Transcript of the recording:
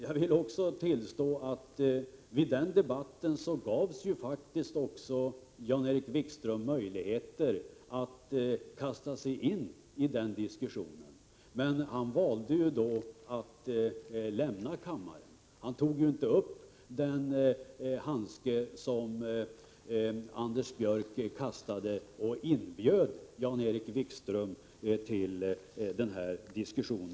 Jag vill också påminna om att Jan-Erik Wikström vid det tillfället gavs möjlighet att delta i debatten, men han valde att lämna kammaren. Han tog inte upp den handske som Anders Björck kastade som en inbjudan till diskussion.